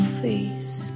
face